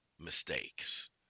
mistakes